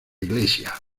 iglesia